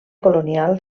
colonial